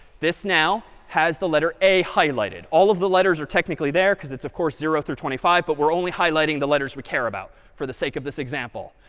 this now has the letter a highlighted. all of the letters are technically there, because it's of course zero through twenty five. but we're only highlighting the letters we care about for the sake of this example.